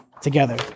together